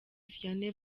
vianney